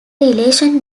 relation